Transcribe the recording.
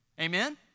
Amen